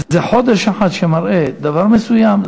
זה חודש אחד שמראה דבר מסוים,